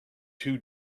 too